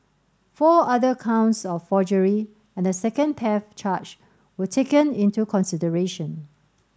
four other counts of forgery and a second theft charge were taken into consideration